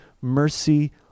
mercy